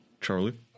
Charlie